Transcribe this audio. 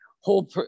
whole